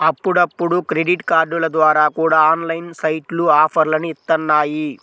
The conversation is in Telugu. అప్పుడప్పుడు క్రెడిట్ కార్డుల ద్వారా కూడా ఆన్లైన్ సైట్లు ఆఫర్లని ఇత్తన్నాయి